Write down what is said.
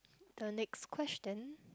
the next question